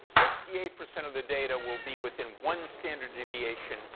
sixty eight percent of the data will be within one standard deviation